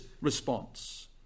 response